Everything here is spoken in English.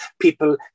People